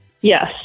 Yes